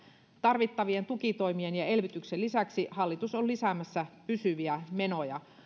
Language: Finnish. tarvittavien tukitoimien ja elvytyksen lisäksi hallitus on lisäämässä pysyviä menoja